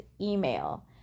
email